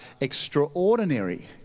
extraordinary